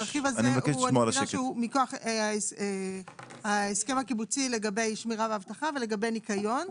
הרכב הזה הוא מכוח ההסכם הקיבוצי לגבי שמירה ואבטחה ולגבי ניקיון.